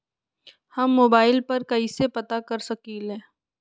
हम मोबाइल पर कईसे पता कर सकींले?